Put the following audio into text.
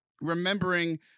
remembering